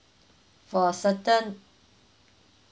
for a certain